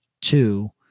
two